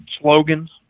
slogans